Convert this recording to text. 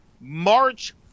March